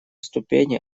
ступени